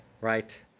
Right